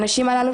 הנשים הללו,